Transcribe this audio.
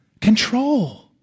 control